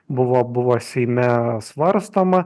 buvo buvo seime svarstoma